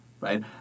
right